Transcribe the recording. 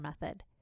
method